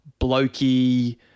blokey